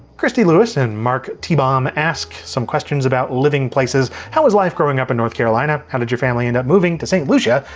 chisty lewis and mark tbom ask some questions about living places, how was life growing up in north carolina? how did your family end up moving to st. lucia,